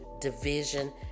division